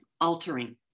altering